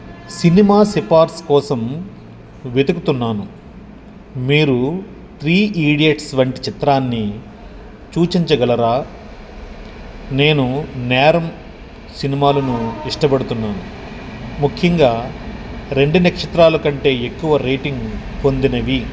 cinema సిఫార్సు కోసం వెతుకుతున్నాను మీరు త్రీ ఇడియట్స్ వంటి చిత్రాన్ని చూచించగలరా నేను నేరం సినిమాలను ఇష్టపడుతున్నాను ముఖ్యంగా రెండు నక్షత్రాలకంటే ఎక్కువ రేటింగ్ పొందినవి